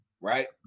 right